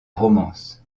romances